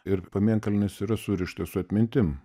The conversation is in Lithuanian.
ir pamėnkalnis yra surištas su atmintim